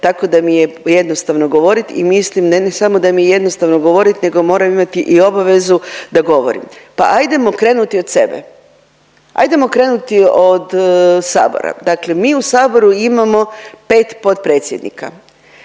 tako da mi je jednostavno govorit i mislim ne samo da mi je jednostavno govorit nego moram imati i obavezu da govorim. Pa ajdemo krenuti od sebe, ajdemo krenuti od sabora. Dakle, mi u saboru imamo 5 potpredsjednika,